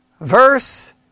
Verse